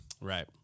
Right